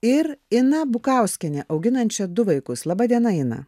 ir ina bukauskienė auginančia du vaikus laba diena ina